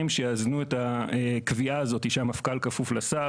שיאזנו את הקביעה הזו שמפכ"ל כפוף לשר,